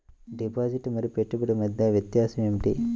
Deposit మరియు పెట్టుబడి మధ్య వ్యత్యాసం ఏమిటీ?